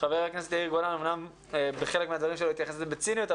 חבר הכנסת יאיר גולן אמנם בחלק מן הדברים שלו התייחס לזה בציניות,